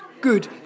good